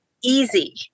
easy